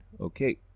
Okay